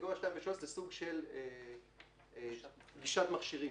קטגוריה 2 ו-3 זה סוג של גישת מכשירים.